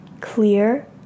Clear